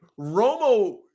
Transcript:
Romo